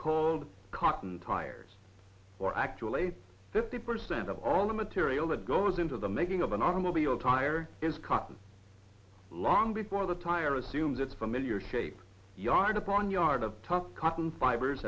called cotton tires or actually fifty percent of all the material that goes into the making of an automobile tire in scotland long before the tire assumes its familiar shape yard upon yard of tuck cotton fibers